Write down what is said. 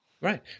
Right